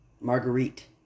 Marguerite